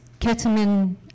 ketamine